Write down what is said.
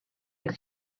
you